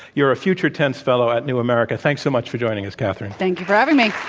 you're a future tense fellow at new america. thanks so much for joining us, katherine. thank you for having me.